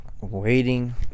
waiting